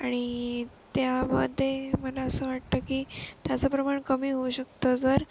आणि त्यामध्ये मला असं वाटतं की त्याचं प्रमाण कमी होऊ शकतं जर